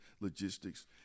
logistics